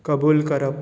कबूल करप